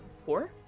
Four